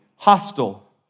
hostile